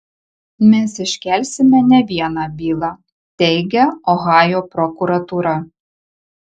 mes iškelsime ne vieną bylą teigia ohajo prokuratūra